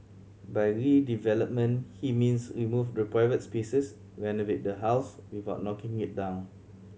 by redevelopment he means remove the privates spaces renovate the house without knocking it down